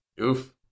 Oof